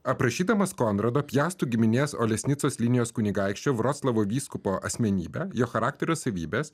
aprašydamas konrado piastų giminės olesnicos linijos kunigaikščio vroclavo vyskupo asmenybę jo charakterio savybes